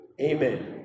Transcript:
Amen